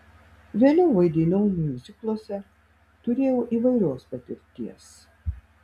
vėliau vaidinau miuzikluose turėjau įvairios patirties